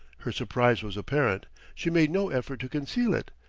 her surprise was apparent she made no effort to conceal it.